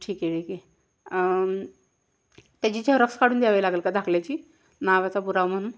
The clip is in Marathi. ठीक आहे ठीक आहे त्याची झेरॉक्स काढून द्यावी लागेल का दाखल्याची नावाचा पुरावा म्हणून